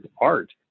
art